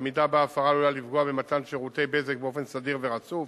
המידה שבה ההפרה עלולה לפגוע במתן שירותי בזק באופן סדיר ורצוף,